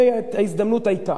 הרי ההזדמנות היתה,